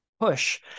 push